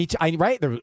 right